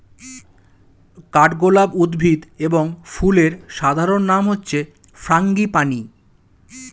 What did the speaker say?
কাঠগোলাপ উদ্ভিদ এবং ফুলের সাধারণ নাম হচ্ছে ফ্রাঙ্গিপানি